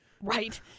Right